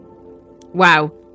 wow